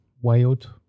Wild